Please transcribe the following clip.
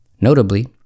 Notably